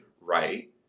right